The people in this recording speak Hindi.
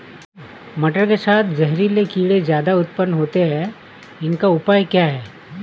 मटर के साथ जहरीले कीड़े ज्यादा उत्पन्न होते हैं इनका उपाय क्या है?